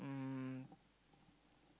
um